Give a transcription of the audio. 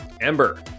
Ember